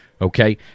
Okay